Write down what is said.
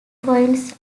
points